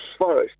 forest